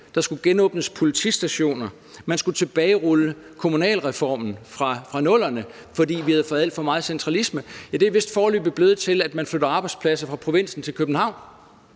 der skulle genåbnes politistationer, at man skulle tilbagerulle kommunalreformen fra 00'erne, fordi vi havde fået alt for meget centralisme. Ja, det er vist foreløbig blevet til, at man flytter arbejdspladser fra provinsen til København.